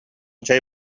чэй